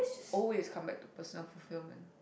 always come back to personal fulfilment